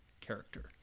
character